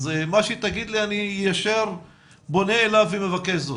אז מה שתגיד לי אני ישר פונה אלי ומבקש זאת.